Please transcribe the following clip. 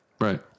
Right